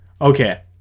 okay